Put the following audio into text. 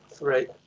Right